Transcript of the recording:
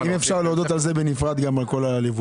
אם אפשר להודות על זה בנפרד, גם על כל הליווי.